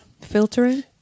Filtering